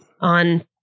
on